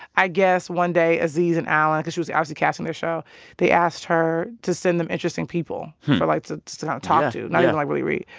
i guess, one day aziz and alan because she was obviously casting their show they asked her to send them interesting people for, like to um talk to, not even like really read.